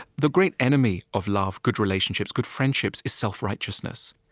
the great enemy of love, good relationships, good friendships, is self-righteousness.